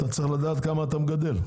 אתה צריך לדעת כמה אתה מגדל.